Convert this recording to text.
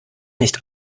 nicht